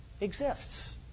exists